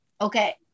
Okay